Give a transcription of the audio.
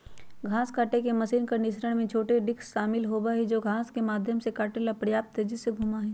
घास काटे के मशीन कंडीशनर में छोटे डिस्क शामिल होबा हई जो घास के माध्यम से काटे ला पर्याप्त तेजी से घूमा हई